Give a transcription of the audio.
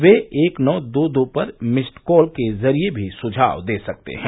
वे एक नौ दो दो पर मिस्ड कॉल के जरिए भी सुझाव दे सकते हैं